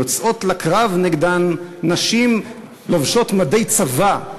יוצאות לקרב נגדם נשים לובשות מדי צבא.